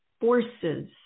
forces